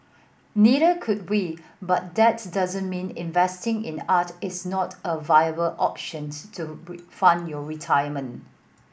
neither could we but that doesn't mean investing in art is not a viable option to fund your retirement